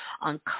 on